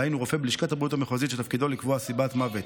דהיינו רופא בלשכת הבריאות המחוזית שתפקידו לקבוע סיבת מוות,